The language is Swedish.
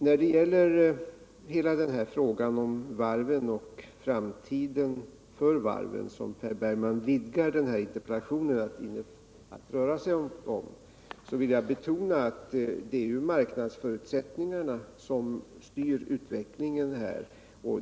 När det gäller hela frågan om varven och framtiden för varven, som Per Bergman vidgar interpellationen att röra sig om, vill jag betona att marknadsförutsättningarna styr utvecklingen.